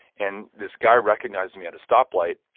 and this guy recognized me at a stoplight,